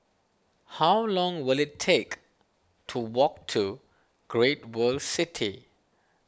how long will it take to walk to Great World City